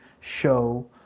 show